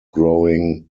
growing